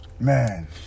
Man